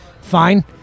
fine